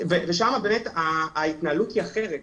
שם ההתנהלות היא באמת אחרת,